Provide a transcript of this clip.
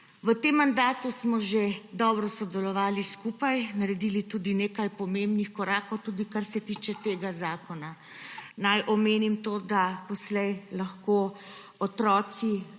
V tem mandatu smo že dobro sodelovali skupaj, naredili tudi nekaj pomembnih korakov, tudi kar se tiče tega zakona. Naj omenim to, da poslej lahko otroci